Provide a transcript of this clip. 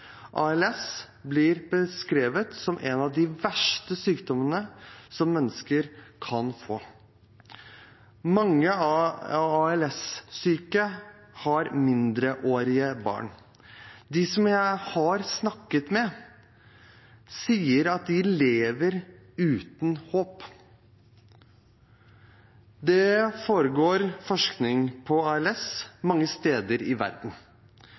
ALS blir beskrevet som en av de verste sykdommene som mennesker kan få. Mange ALS-syke har mindreårige barn. Dem jeg har snakket med, sier at de lever uten håp. Det foregår forskning på ALS mange steder i verden.